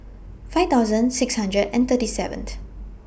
five thousand six hundred and thirty seventh